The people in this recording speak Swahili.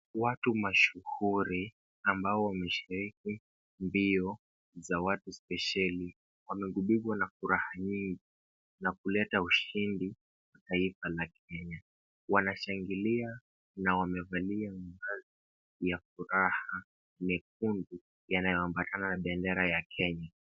Watu mashuhuri ambao wameshiriki mbio za watu speshieli wameghubigwa na furaha nyingi na kuleta ushindi taifa ya Kenya. Wanashangalia na w mamevalia mavazi ya furaha mekundu yanayoambatana na bendera ya Kenya.